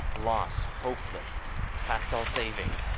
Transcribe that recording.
lost, hopeless past all saving